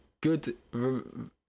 good